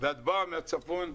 באה מהצפון,